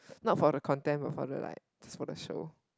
not for the content but for the like just for the show